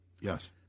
Yes